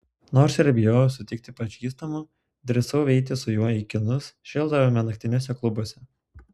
nors ir bijojau sutikti pažįstamų drįsau eiti su juo į kinus šėldavome naktiniuose klubuose